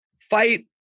fight